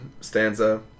stanza